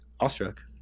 Awestruck